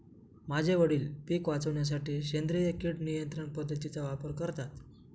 माझे वडील पिक वाचवण्यासाठी सेंद्रिय किड नियंत्रण पद्धतीचा वापर करतात